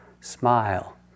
smile